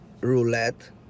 roulette